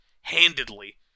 handedly